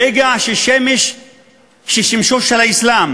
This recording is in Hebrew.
ברגע ששמשו של האסלאם